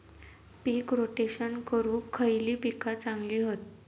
पीक rotation करूक खयली पीका चांगली हत?